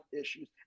issues